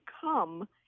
come